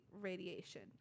radiation